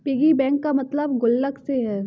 piggy bank का मतलब गुल्लक से है